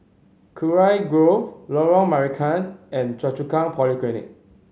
Kurau Grove Lorong Marican and Choa Chu Kang Polyclinic